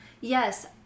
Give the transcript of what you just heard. Yes